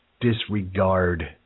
disregard